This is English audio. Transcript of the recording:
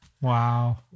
Wow